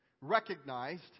recognized